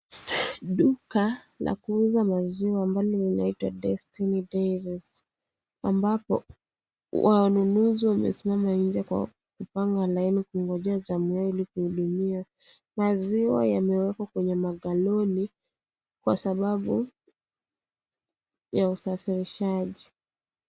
Duka la kuuza maziwa ambalo linaitwa, Destiny Dairy, ambapo, wanunuzi wamesimama nje kwa kupanga laini kungojea zamu yao ili kuhudumiwa. Maziwa yamewekwa kwenye magaloni kwa sababu ya usafirishaji.